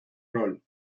roll